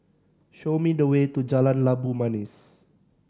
show me the way to Jalan Labu Manis